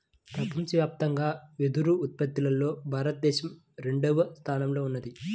ప్రపంచవ్యాప్తంగా వెదురు ఉత్పత్తిలో భారతదేశం రెండవ స్థానంలో ఉన్నది